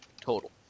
total